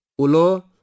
Ulo